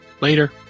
Later